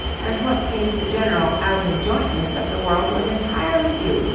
and what seemed the general out-of-jointness of the world was entirely due,